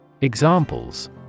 Examples